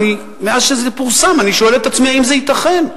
מאז פורסם אני שואל את עצמי: האם זה ייתכן?